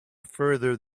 further